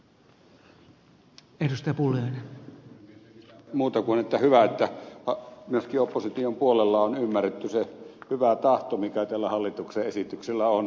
ei muuta kuin että hyvä että myöskin opposition puolella on ymmärretty se hyvä tahto mikä tällä hallituksen esityksellä on